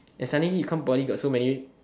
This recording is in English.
then suddenly come poly got so many